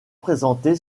présenté